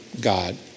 God